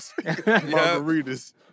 Margaritas